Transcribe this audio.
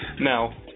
Now